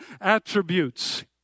attributes